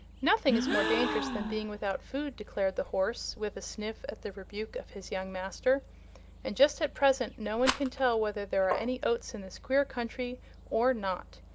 nothing is more dangerous than being without food, declared the horse, with a sniff at the rebuke of his young master and just at present no one can tell whether there are any oats in this queer country or not.